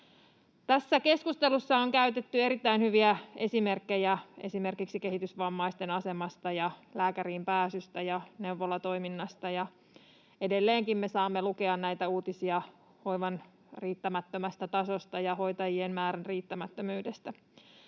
Tässä keskustelussa on käytetty erittäin hyviä esimerkkejä esimerkiksi kehitysvammaisten asemasta, lääkäriin pääsystä ja neuvolatoiminnasta. Edelleenkin me saamme lukea uutisia hoivan riittämättömästä tasosta ja hoitajien määrän riittämättömyydestä.